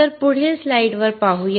तर पुढील स्लाइड्सवर पाहूया